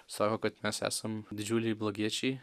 sako kad mes esam didžiuliai blogiečiai